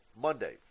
Monday